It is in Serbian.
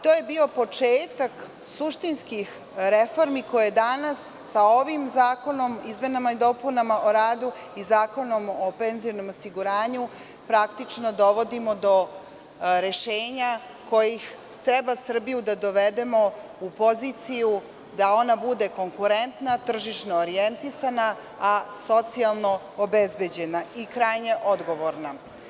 To je bio početak suštinskih reformi koje danas, sa ovim zakonom o izmenama i dopunama Zakona o radu i Zakonom o PIO praktično dovodimo do rešenja kojima treba Srbiju da dovedemo u poziciju da ona bude konkurentna, tržišno orjentisana, a socijalno obezbeđena i krajnje odgovorna.